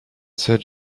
said